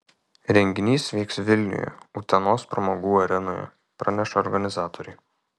renginys vyks vilniuje utenos pramogų arenoje praneša organizatoriai